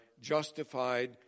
justified